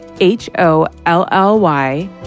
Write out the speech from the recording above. H-O-L-L-Y